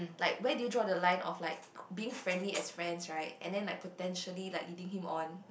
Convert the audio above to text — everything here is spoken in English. like where do you draw the line of like being friendly as friends right and then like potentially leading him on